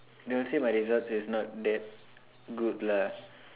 they will say my results is not that good lah